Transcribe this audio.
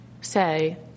say